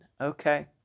Okay